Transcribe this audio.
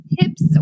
tips